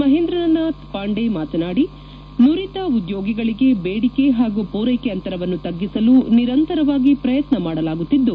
ಮಹೇಂದ್ರನಾಥ್ ಪಾಂಡೆ ಮಾತನಾಡಿ ನುರಿತ ಉದ್ಯೋಗಿಗಳಿಗೆ ಬೇಡಿಕೆ ಮತ್ತು ಪೂರೈಕೆ ಅಂತರವನ್ನು ತಗ್ಗಿಸಲು ನಿರಂತರವಾಗಿ ಪ್ರಯತ್ನ ಮಾಡಲಾಗುತ್ತಿದ್ದು